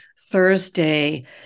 Thursday